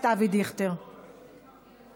בקריאה